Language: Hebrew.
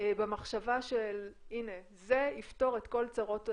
במחשבה של 'הנה, זה יפתור את כל צרות העולם',